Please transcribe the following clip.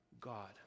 God